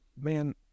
man